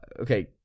okay